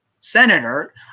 senator